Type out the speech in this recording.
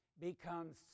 becomes